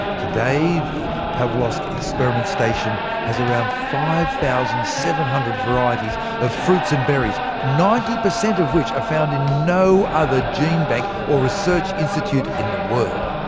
today, the pavlovsk experiment station has around five thousand seven hundred varieties of fruits and berries, ninety percent of which are found in no other genebank or research institute in the world.